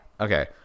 Okay